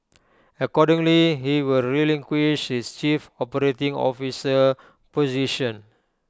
accordingly he will relinquish his chief operating officer position